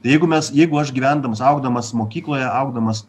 jeigu mes jeigu aš gyvendamas augdamas mokykloje augdamas